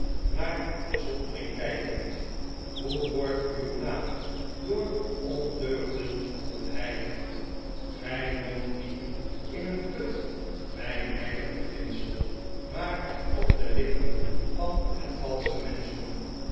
naar de zoldering kijkend hoe wordt uw naam door ondeugden ontheiligd gij woont niet in een put mijn heilig beginsel maar op de lippen van het valsche menschdom